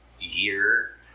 year